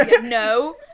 no